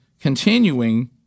continuing